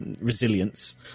resilience